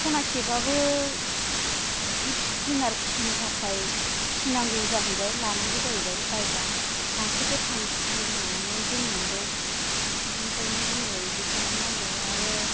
खनासेब्लाबो जिब जुनार फिनो थाखाय फिनांगौ जाहैबाय लानांगौ जाहैबाय जायगा गांसो गोथां खिलि होनानै दोननांगौ बिनिखायनो जोङो इदि खालाम नांगौ आरो